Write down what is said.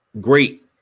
great